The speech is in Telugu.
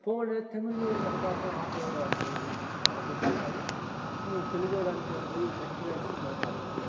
పోనీలే తమిళ్ వాడు ఆటో మా కోసం అక్కడుంది మా కోసం అని కాదు మేము తెలుగోడు అనుకుని పోయి గట్టిగా అరిచి మాట్లాడినా